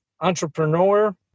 entrepreneur